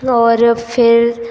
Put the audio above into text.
और फ़िर